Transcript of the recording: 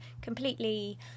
completely